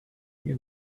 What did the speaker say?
you